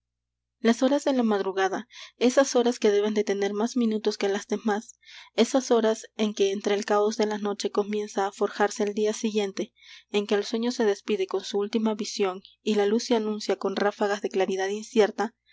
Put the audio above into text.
las horas de la madrugada esas horas que deben de tener más minutos que las demás esas horas en que entre el caos de la noche comienza á forjarse el día siguiente en que el sueño se despide con su última visión y la luz se anuncia con ráfagas de claridad incierta